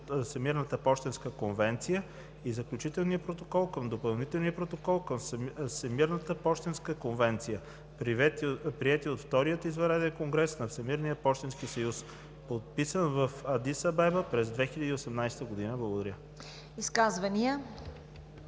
Всемирната пощенска конвенция и Заключителния протокол към Допълнителния протокол към Всемирната пощенска конвенция, приети от Втория извънреден конгрес на Всемирния пощенски съюз, подписани в Адис Абеба през 2018 г.“ Благодаря. ПРЕДСЕДАТЕЛ